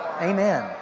Amen